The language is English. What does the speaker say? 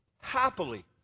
happily